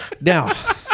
Now